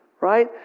right